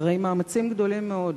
אחרי מאמצים גדולים מאוד,